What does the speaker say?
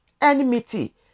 enmity